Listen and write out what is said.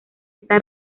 está